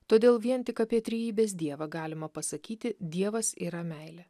todėl vien tik apie trejybės dievą galima pasakyti dievas yra meilė